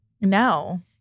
no